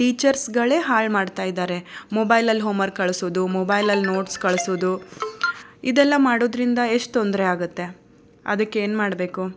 ಟೀಚರ್ಸುಗಳೇ ಹಾಳು ಮಾಡ್ತಾ ಇದಾರೆ ಮೊಬೈಲಲ್ಲಿ ಹೋಮ್ವರ್ಕ್ ಕಳಿಸೋದು ಮೊಬೈಲಲ್ಲಿ ನೋಟ್ಸ್ ಕಳಿಸೋದು ಇದೆಲ್ಲ ಮಾಡೋದರಿಂದ ಎಷ್ಟು ತೊಂದರೆ ಆಗುತ್ತೆ ಅದಕ್ಕೇನು ಮಾಡಬೇಕು